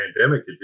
pandemic